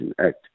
Act